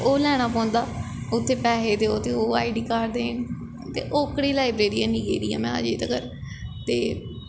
ओह् लैना पौंदा उत्थें पैहे देओ ते ओह् आई डी कार्ड देन ते ओह्कड़ी लाईब्रेरी ऐनी गेदी में अजें तक्कर ते